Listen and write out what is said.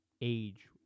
age